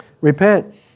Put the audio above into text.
Repent